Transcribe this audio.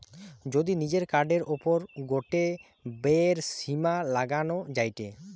যদি নিজের কার্ডের ওপর গটে ব্যয়ের সীমা লাগানো যায়টে